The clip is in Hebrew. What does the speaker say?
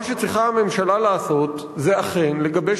מה שצריכה הממשלה לעשות זה אכן לגבש